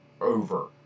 over